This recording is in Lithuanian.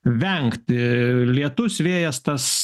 vengti lietus vėjas tas